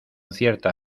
cierta